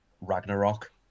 Ragnarok